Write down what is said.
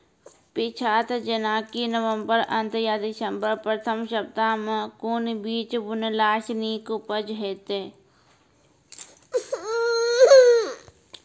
पीछात जेनाकि नवम्बर अंत आ दिसम्बर प्रथम सप्ताह मे कून बीज बुनलास नीक उपज हेते?